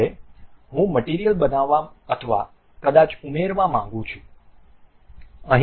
હવે હું મટીરીયલ બનાવવા અથવા કદાચ ઉમેરવા માંગું છું